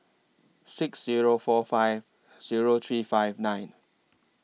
six Zero four five Zero three five nine